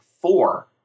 four